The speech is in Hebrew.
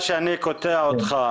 סליחה שאני קוטע אותך.